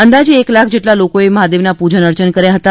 અંદાજે એક લાખ જેટલા લોકોએ મહાદેવના પૂજન અર્ચન કર્યા હતા